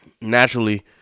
naturally